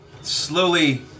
slowly